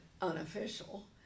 unofficial